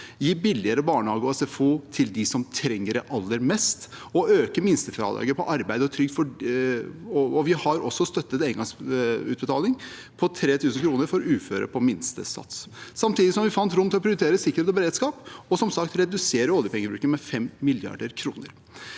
gi billigere barnehage og SFO til dem som trenger det aller mest, og øke minstefradraget på arbeid og trygd. Vi har også støttet engangsutbetaling på 3 000 kr for uføre på minstesats. Samtidig fant vi rom til å prioritere sikkerhet og beredskap og som sagt redusere oljepengebruken med 5 mrd. kr.